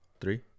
Three